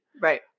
right